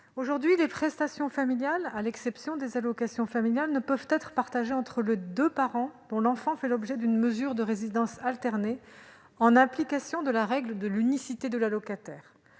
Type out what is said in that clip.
Babary, les prestations familiales, à l'exception des allocations familiales, ne peuvent aujourd'hui être partagées entre les deux parents dont l'enfant fait l'objet d'une mesure de résidence alternée, en application de la règle de l'unicité de l'allocataire.